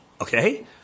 Okay